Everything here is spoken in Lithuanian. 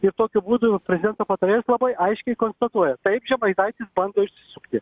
ir tokiu būdu prezidento patarėjas labai aiškiai konstatuoja taip žemaitaitis bando išsisukti